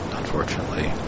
unfortunately